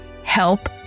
Help